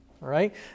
right